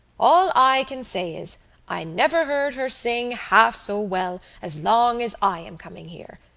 all i can say is i never heard her sing half so well as long as i am coming here.